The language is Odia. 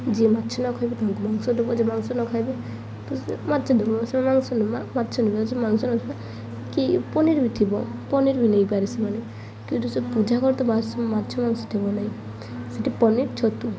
ଯିଏ ମାଛ ନ ଖାଇବେ ତାଙ୍କୁ ମାଂସ ଦେବ ଯିଏ ମାଂସ ନ ଖାଇବେ ତ ମାଛ ଦେବ ସେ ମାଂସ ମାଛ ନ ମାଂସ ନଥିବ କି ପନିର ବି ଥିବ ପନିର ବି ନେଇପାରେ ସେମାନେ କିନ୍ତୁ ସେ ପୂଜା ମାଛ ମାଂସ ଥିବ ନାହିଁ ସେଠି ପନିର ଛତୁ